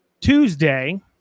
Tuesday